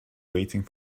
waiting